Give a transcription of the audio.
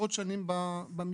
עשרות שנים במשכן.